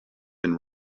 been